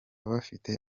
bafite